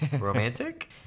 Romantic